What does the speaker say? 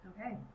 Okay